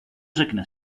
řekne